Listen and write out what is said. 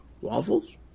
Waffles